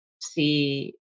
see